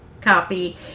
copy